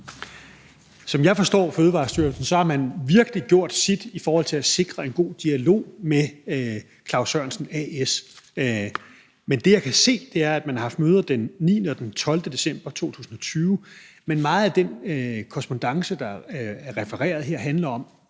Fødevarestyrelsen, har man virkelig gjort sit i forhold til at sikre en god dialog med Claus Sørensen A/S, men det, jeg kan se, er, at man har haft møder den 9. og den 12. december 2020. Men meget af den korrespondance, der er refereret her, handler om,